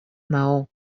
maó